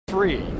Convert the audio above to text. Three